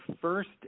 first